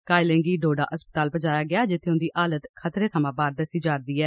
घायलें गी डोडा अस्पताल पजाया गेआ जित्थें उंदी हालत खतरै थमा बाहर दस्सी जा'रदी ऐ